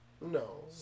No